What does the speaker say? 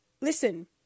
Listen